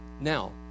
Now